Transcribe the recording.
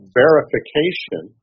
verification